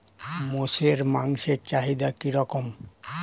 মোষের মাংসের চাহিদা কি রকম?